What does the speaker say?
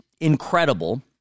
incredible